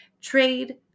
Trade